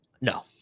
No